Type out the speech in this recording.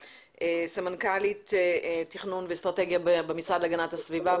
סמנכ"לית תכנון ואסטרטגיה במשרד להגנת הסביבה.